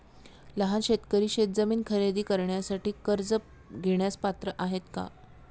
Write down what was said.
लहान शेतकरी शेतजमीन खरेदी करण्यासाठी कर्ज घेण्यास पात्र आहेत का?